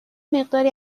مقداری